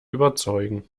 überzeugen